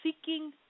seeking